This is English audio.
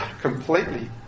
completely